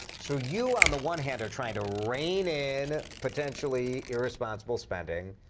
so you on the one hand are trying to reign in potentially irresponsible spending.